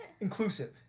Inclusive